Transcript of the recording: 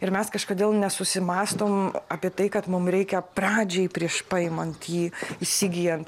ir mes kažkodėl nesusimąstom apie tai kad mum reikia pradžiai prieš paimant jį įsigyjant